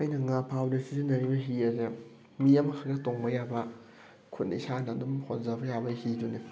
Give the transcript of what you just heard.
ꯑꯩꯅ ꯉꯥ ꯐꯥꯕꯗ ꯁꯤꯖꯤꯟꯅꯔꯤꯕ ꯍꯤ ꯑꯗꯣ ꯃꯤ ꯑꯃꯈꯛꯇ ꯇꯣꯡꯕ ꯌꯥꯕ ꯈꯨꯠꯅ ꯏꯁꯥꯅ ꯑꯗꯨꯝ ꯍꯣꯟꯖꯕ ꯌꯥꯕ ꯍꯤꯗꯨꯅꯤ